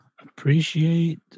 Appreciate